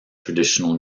traditional